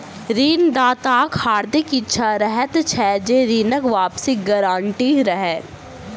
ऋण दाताक हार्दिक इच्छा रहैत छै जे ऋणक वापसीक गारंटी रहय